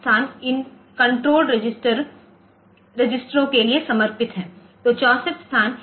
तो 64 स्थान इन कण्ट्रोल रजिस्टरों टाइमर काउंटर एडी कनवर्टर अन्य I O फ़ंक्शन के लिए समर्पित हैं